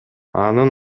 анын